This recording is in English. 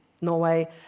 Norway